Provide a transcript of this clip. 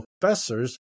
professors